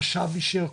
החשב אישר,